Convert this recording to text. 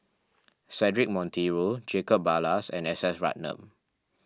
Cedric Monteiro Jacob Ballas and S S Ratnam